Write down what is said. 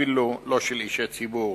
אפילו לא של אישי ציבור.